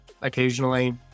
occasionally